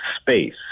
space